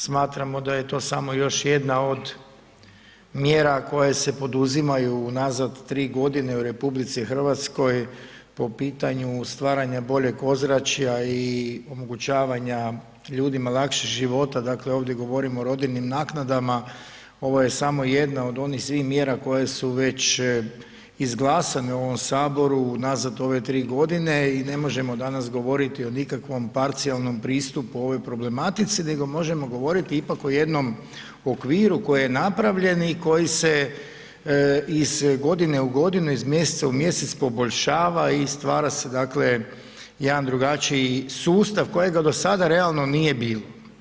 Smatramo da je to samo još jedna od mjera koje se poduzimaju unazad 3.g. u RH po pitanju stvaranja boljeg ozračja i omogućavanja ljudima lakšeg života, dakle ovdje govorimo o rodiljnim naknadama, ovo je samo jedna od onih svih mjera koje su već izglasane u ovom saboru unazad ove 3.g. i ne možemo danas govoriti o nikakvom parcijalnom pristupu ovoj problematici, nego možemo govoriti ipak o jednom okviru koji je napravljen i koji se iz godine u godinu, iz mjeseca u mjesec poboljšava i stvara se, dakle jedan drugačiji sustav kojega do sada realno nije bilo.